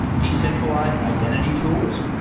decentralized identity tools,